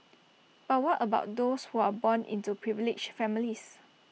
but what about those who are born into privileged families